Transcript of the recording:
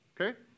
Okay